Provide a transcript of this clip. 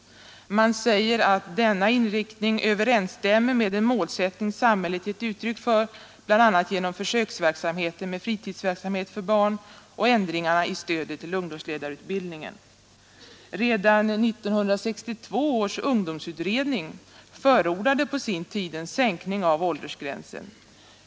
Man säger att denna inriktning överensstämmer med den målsättning samhället gett uttryck för bl.a. genom försöksverksamheten med fritidsverksamhet för barn och ändringarna i stödet till ungdomsledarutbildningen. Redan 1962 års ungdomsutredning förordade på sin tid en sänkning av åldersgränsen.